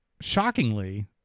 shockingly